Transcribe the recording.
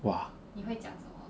!wah!